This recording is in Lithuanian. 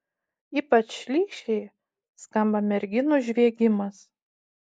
ypač šlykščiai skamba merginų žviegimas